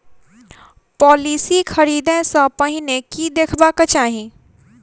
Policy खरीदै सँ पहिने की देखबाक चाहि?